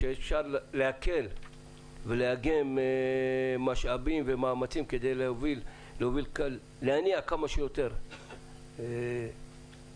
שאפשר להקל ולאגם משאבים ומאמצים כדי להניע כמה שיותר אנשים